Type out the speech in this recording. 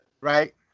right